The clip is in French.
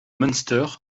munster